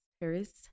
Paris